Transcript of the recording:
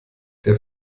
der